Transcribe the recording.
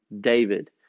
David